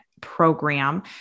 program